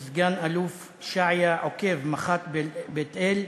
סגן-אלוף שעיה עוקב, מח"ט בית-אל,